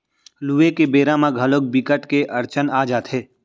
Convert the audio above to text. लूए के बेरा म घलोक बिकट के अड़चन आ जाथे